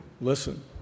listen